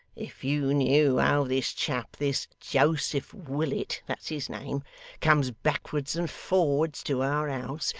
if you knew how this chap, this joseph willet that's his name comes backwards and forwards to our house,